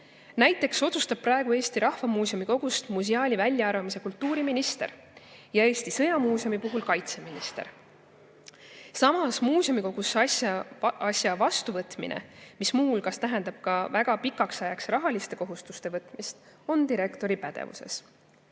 Näiteks otsustab praegu Eesti Rahva Muuseumi kogust museaali väljaarvamise kultuuriminister ja Eesti Sõjamuuseumi puhul kaitseminister. Samas muuseumikogusse asja vastuvõtmine, mis muu hulgas tähendab ka väga pikaks ajaks rahaliste kohustuste võtmist, on direktori pädevuses.